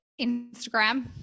Instagram